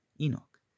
Enoch